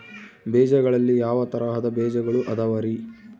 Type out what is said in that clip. ಬೇಜಗಳಲ್ಲಿ ಯಾವ ತರಹದ ಬೇಜಗಳು ಅದವರಿ?